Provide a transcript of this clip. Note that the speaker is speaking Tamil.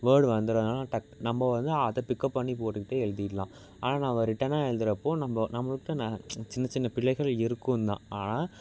வேர்ட் வந்துடும் அதனால டக் நம்ம வந்து அதை பிக்கப் பண்ணி போட்டுக்கிட்டு எழுதிக்கலாம் ஆனால் நம்ம ரிட்டனாக எழுதுகிறப்போ நம்ம நம்மக்கிட்ட சின்ன சின்ன பிழைகள் இருக்கும் தான் ஆனால்